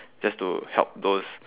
just to help those